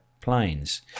planes